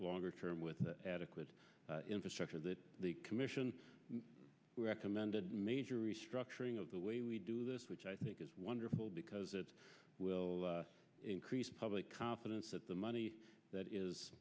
longer term with adequate infrastructure that the commission recommended major restructuring of the way we do this which i think is wonderful because it will increase public confidence that the money that is